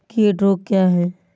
कीट रोग क्या है?